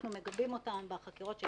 מבוצעות באמצעות הרבה מאוד כרטיסי